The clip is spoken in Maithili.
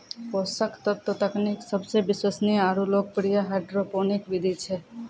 पोषक तत्व तकनीक सबसे विश्वसनीय आरु लोकप्रिय हाइड्रोपोनिक विधि छै